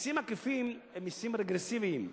מסים עקיפים הם מסים רגרסיביים,